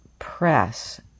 press